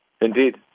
Indeed